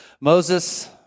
Moses